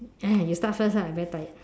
!aiyo! you start ah I very tired